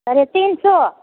साढ़े तीन सए